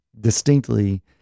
distinctly